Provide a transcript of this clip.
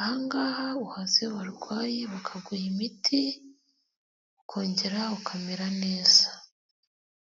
aha ngaha uhaza warwaye bakaguha imiti, ukongera ukamera neza.